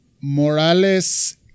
Morales